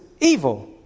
evil